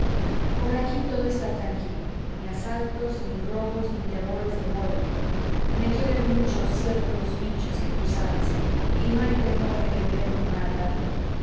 por aquí todo está tranquilo ni asaltos ni robos ni temores de bola me quieren mucho ciertos bichos que tú sabes y no hay temor de que me den un mal rato